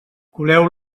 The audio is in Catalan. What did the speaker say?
coleu